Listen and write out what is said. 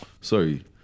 Sorry